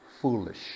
foolish